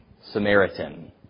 Samaritan